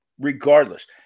regardless